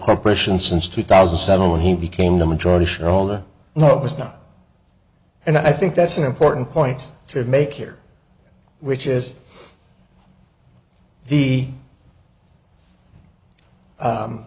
corporation since two thousand and seven when he became the majority shareholder no it was not and i think that's an important point to make here which is the